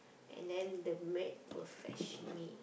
and then the maid will fetch me